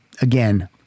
again